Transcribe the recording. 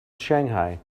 shanghai